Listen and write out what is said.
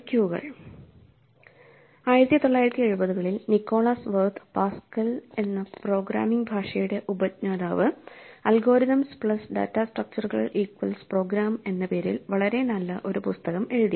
1970 കളിൽ Niklaus Wirth Pascal എന്ന programming ഭാഷയുടെ ഉപജ്ഞാതാവ് അൽഗോരിതംസ് പ്ലസ് ഡാറ്റാ സ്ട്രക്ചറുകൾ ഇക്വൽസ് പ്രോഗ്രാം എന്ന പേരിൽ വളരെ നല്ല ഒരു പുസ്തകം എഴുതി